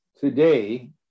today